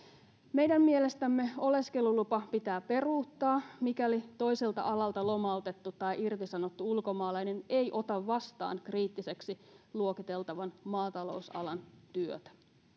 meidän mielestämme oleskelulupa pitää peruuttaa mikäli toiselta alalta lomautettu tai irtisanottu ulkomaalainen ei ota vastaan kriittiseksi luokiteltavan maatalousalan työtä